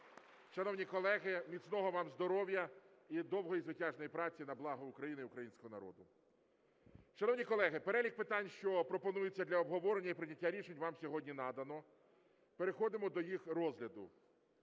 Шановні колеги, міцного вам здоров'я і довгої звитяжної праці на благо України і українського народу. Шановні колеги, перелік питань, що пропонується для обговорення і прийняття рішень, вам сьогодні надано. Переходимо до їх розгляду.